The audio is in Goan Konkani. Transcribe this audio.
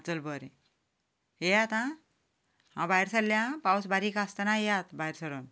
आं चल बरें येयात आं हांव भायर सरलो आं पावस बारीक आसतनाच येयात भायर सरून